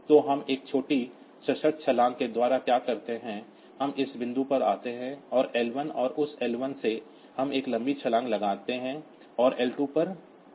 तो हम एक छोटी कंडिशनल जंप के द्वारा क्या करते हैं हम इस बिंदु पर आते हैं L1 और उस L1 से हम एक लंबी जंप लगाते हैं और L2 पर आते हैं